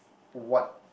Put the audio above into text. what